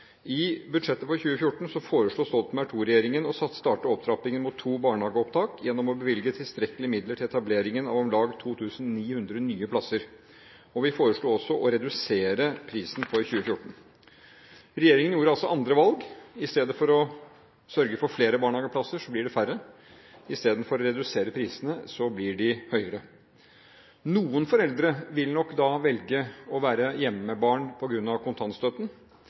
I budsjettet for 2014 foreslo Stoltenberg II-regjeringen å starte opptrappingen mot to barnehageopptak gjennom å bevilge tilstrekkelige midler til etableringen av om lag 2 900 nye plasser. Vi foreslo også å redusere prisen for 2014. Regjeringen gjør altså andre valg. I stedet for å sørge for flere barnehageplasser, blir det færre. I stedet for å redusere prisene, blir de høyere. Noen foreldre vil nok da velge å være hjemme med barn på grunn av kontantstøtten.